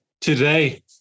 today